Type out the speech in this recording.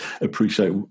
appreciate